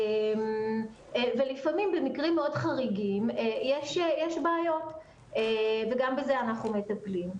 ולפעמים במקרים מאוד חריגים יש בעיות וגם בזה אנחנו מטפלים.